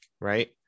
Right